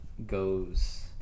Goes